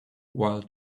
while